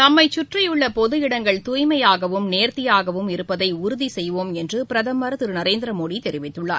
நம்மைச் சுற்றியுள்ளபொது இடங்கள் துய்மையாகவும் நேர்த்தியாகவும் இருப்பதைஉறுதிசெய்வோம் என்றுபிரதமர் திருநரேந்திரமோடிதெரிவித்துள்ளார்